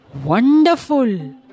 Wonderful